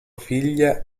figlia